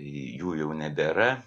jų jau nebėra